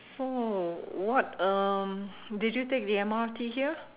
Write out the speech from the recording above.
so what um did you take the M_R_T here